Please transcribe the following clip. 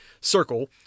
circle